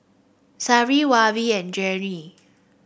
Shari Weaver and Janene